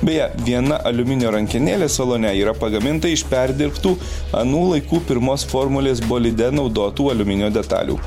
beje viena aliuminio rankenėlė salone yra pagaminta iš perdirbtų anų laikų pirmos formulės bolide naudotų aliuminio detalių